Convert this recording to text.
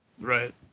Right